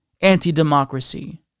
anti-democracy